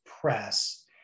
Press